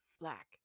black